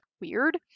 weird